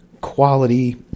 quality